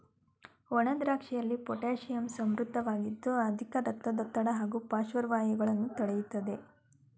ಒಣದ್ರಾಕ್ಷಿಯಲ್ಲಿ potassium ಸಮೃದ್ಧವಾಗಿದ್ದು ಅಧಿಕ ರಕ್ತದೊತ್ತಡ ಹಾಗೂ ಪಾರ್ಶ್ವವಾಯುಗಳನ್ನು ತಡಿತದೆ